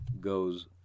goes